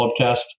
podcast